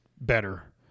better